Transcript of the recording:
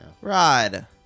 Rod